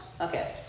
okay